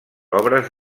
obres